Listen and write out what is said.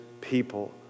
people